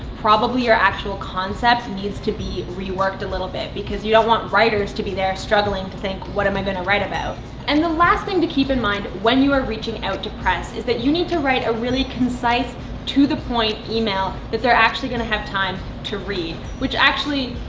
probably your actual concept needs to be reworked a little bit because you don't want writers to be there struggling to think what am i gonna write about. and the last thing to keep in mind when you are reaching out to press is that you need to write a really concise to the point email that they're actually gonna have time to read. which actually,